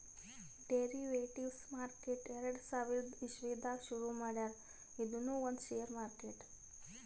derivatives market ಎರಡ ಸಾವಿರದ್ ಇಸವಿದಾಗ್ ಶುರು ಮಾಡ್ಯಾರ್ ಇದೂನು ಒಂದ್ ಷೇರ್ ಮಾರ್ಕೆಟ್